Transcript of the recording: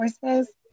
courses